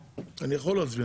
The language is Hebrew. זאת החלטה